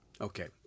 Okay